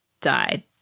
died